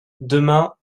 demain